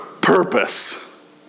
purpose